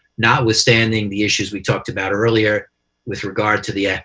notwithstanding the issues we talked about earlier with regard to the